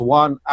one